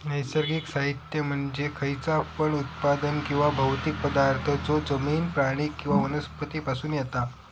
नैसर्गिक साहित्य म्हणजे खयचा पण उत्पादन किंवा भौतिक पदार्थ जो जमिन, प्राणी किंवा वनस्पती पासून येता